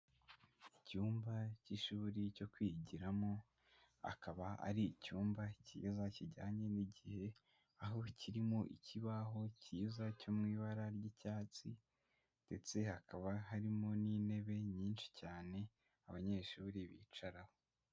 Icyumba cy'ishuri cyo kwigiramo, akaba ari icyumba cyiza kijyanye n'igihe, aho kirimo ikibaho cyiza cyo mu ibara ry'icyatsi, ndetse hakaba harimo n'intebe nyinshi cyane abanyeshuri bicaraho.